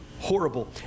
horrible